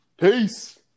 Peace